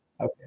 okay